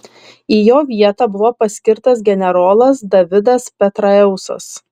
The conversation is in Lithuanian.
į jo vietą buvo paskirtas generolas davidas petraeusas